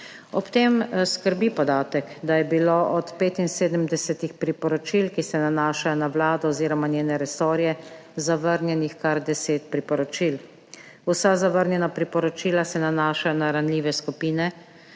Ob tem skrbi podatek, da je bilo od 75 priporočil, ki se nanašajo na Vlado oziroma njene resorje, zavrnjenih kar 10 priporočil. Vsa zavrnjena priporočila se nanašajo na ranljive skupine,